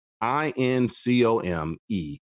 I-N-C-O-M-E